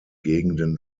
gegenden